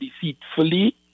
deceitfully